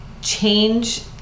change